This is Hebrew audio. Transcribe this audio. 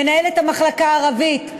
מנהלת המחלקה הערבית,